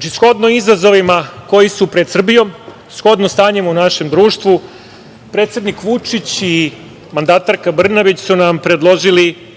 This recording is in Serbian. shodno izazovima koji su pred Srbijom, shodno stanjem u našem društvu, predsednik Vučić i mandatarka Brnabić su nam predložili